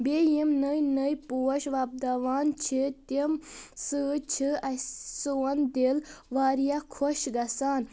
بیٚیہِ یِم نٔوۍ نٔوۍ پوش وۄپداوان چھِ تِم سۭتۍ چھِ اسہِ سون دِل واریاہ خۄش گژھان